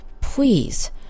please